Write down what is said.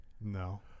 No